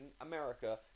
America